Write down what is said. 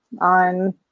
on